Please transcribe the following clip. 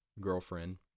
girlfriend